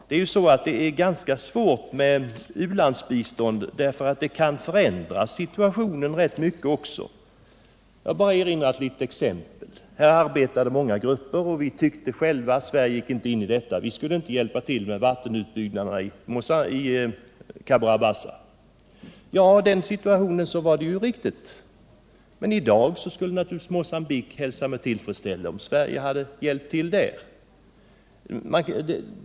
Det är ganska svåra frågor som hänger samman med u-landsbiståndet. Situationen kan förändras rätt mycket i ett land. Jag skall bara ta ett litet exempel. Många grupper arbetade för — och vi delade deras uppfattning — att Sverige inte skulle hjälpa till med vattenkraftsutbyggnaden i Cabora Bassa. I den situation som då förelåg var detta riktigt. Men i dag skulle naturligtvis Mocambique hälsa med tillfredsställelse om Sverige hade hjälpt till där.